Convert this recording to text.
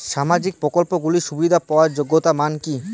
সামাজিক প্রকল্পগুলি সুবিধা পাওয়ার যোগ্যতা মান কি?